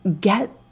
get